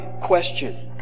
question